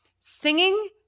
Singing